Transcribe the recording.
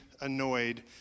annoyed